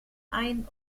ein